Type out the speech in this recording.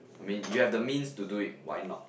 I mean you have the means to do it why not